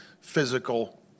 physical